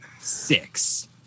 six